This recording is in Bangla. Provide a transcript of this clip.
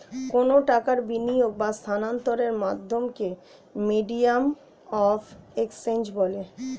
কোনো টাকার বিনিয়োগ বা স্থানান্তরের মাধ্যমকে মিডিয়াম অফ এক্সচেঞ্জ বলে